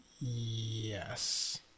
Yes